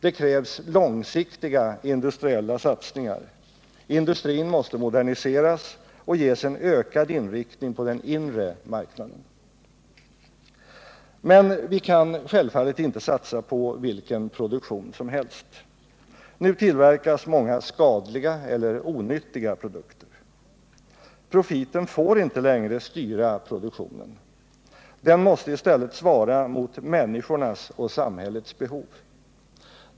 Det krävs långsiktiga industriella satsningar — industrin måste moderniseras och ges en ökad inriktning på den inre marknaden. Men vi kan självfallet inte satsa på vilken produktion som helst. Nu tillverkas många skadliga eller onyttiga produkter. Profiten får inte längre styra produktionen. Den måste i stället svara mot människornas och samhällets behov.